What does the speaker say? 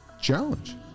challenge